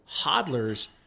hodlers